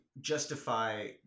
justify